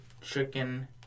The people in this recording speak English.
chicken